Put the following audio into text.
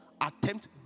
Attempt